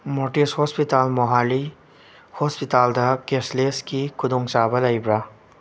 ꯃꯣꯔꯇꯤꯁ hospital Mohali ꯍꯣꯁꯄꯤꯇꯥꯜꯗ ꯀꯦꯁꯂꯦꯁꯀꯤ ꯈꯨꯗꯣꯡꯆꯥꯕ ꯂꯩꯕ꯭ꯔꯥ